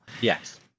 yes